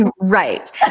Right